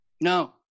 No